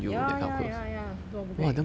ya ya ya ya 做么不可以